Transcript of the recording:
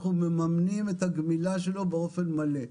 אנחנו ממנים את הגמילה שלו באופן מלא.